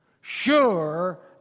sure